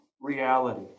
reality